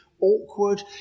awkward